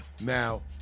Now